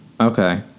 Okay